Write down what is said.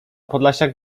podlasiak